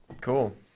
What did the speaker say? cool